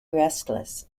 restless